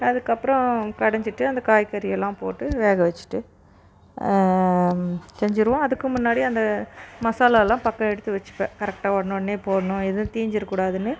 அதுக்கு அப்புறம் கடைஞ்சிட்டு அந்த காய்கறி எல்லாம் போட்டு வேக வச்சிட்டு செஞ்சிடுவோம் அதுக்கு முன்னாடி அந்த மசாலாலாம் பக்கம் எடுத்து வச்சிப்பேன் கரெக்ட்டாக உடனே உடனே போடணும் எதுவும் தீஞ்சிட கூடாதுனு